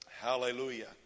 Hallelujah